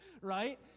right